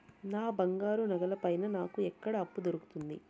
నా బంగారు నగల పైన నాకు ఎక్కడ అప్పు దొరుకుతుంది